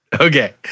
Okay